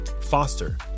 Foster